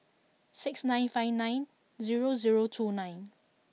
six nine five nine zero zero two nine